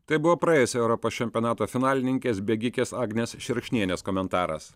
tai buvo praėjusio europos čempionato finalininkės bėgikės agnės šerkšnienės komentaras